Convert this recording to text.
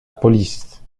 police